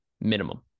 Minimum